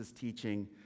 teaching